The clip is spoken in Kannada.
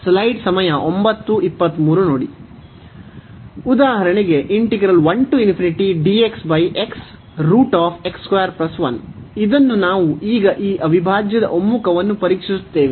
ಉದಾಹರಣೆಗೆ ಇದನ್ನು ನಾವು ಈಗ ಈ ಅವಿಭಾಜ್ಯದ ಒಮ್ಮುಖವನ್ನು ಪರೀಕ್ಷಿಸುತ್ತೇವೆ